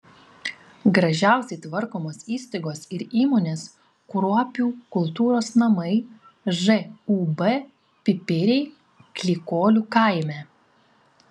gražiausiai tvarkomos įstaigos ir įmonės kruopių kultūros namai žūb pipiriai klykolių kaime